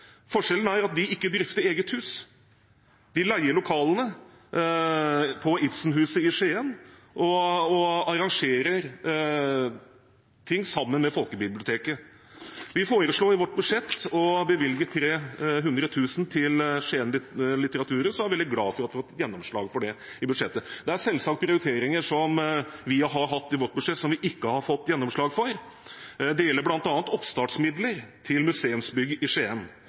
Forskjellen er at de ikke drifter eget hus. De leier lokalene på Ibsenhuset i Skien og arrangerer ting sammen med folkebiblioteket. Vi foreslo i vårt budsjett å bevilge 300 000 kr til Litteraturhuset i Skien og er veldig glade for at vi har fått gjennomslag for det i budsjettet. Det er selvsagt prioriteringer som vi har hatt i vårt budsjett som vi ikke har fått gjennomslag for. Det gjelder bl.a. oppstartsmidler til museumsbygg i